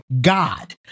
God